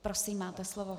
Prosím, máte slovo.